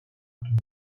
durumda